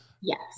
Yes